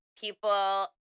people